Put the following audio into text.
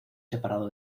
separado